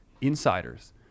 insiders